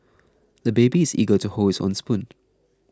the baby is eager to hold his own spoon